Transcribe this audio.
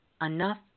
Enough